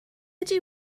ydy